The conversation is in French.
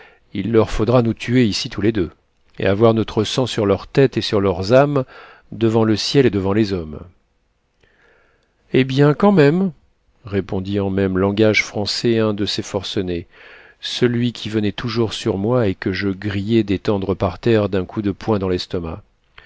il leur faudra nous tuer ici tous les deux et avoir notre sang sur leurs têtes et sur leurs âmes devant le ciel et devant les hommes eh bien quand même répondit en même langage français un de ces forcenés celui qui venait toujours sur moi et que je grillais d'étendre par terre d'un coup de poing dans l'estomac